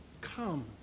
come